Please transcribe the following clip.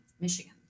Michigan